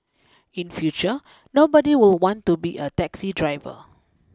in future nobody will want to be a taxi driver